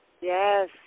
Yes